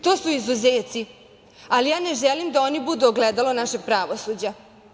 To su izuzeci, ali ja ne želim da oni budu ogledalo našeg pravosuđa.